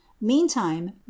meantime